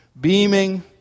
Beaming